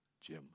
Jim